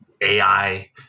AI